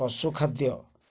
ପଶୁ ଖାଦ୍ୟ